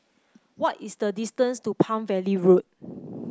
what is the distance to Palm Valley Road